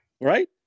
Right